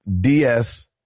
DS